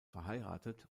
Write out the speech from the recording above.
verheiratet